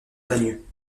bagneux